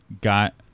got